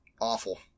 Awful